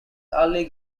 early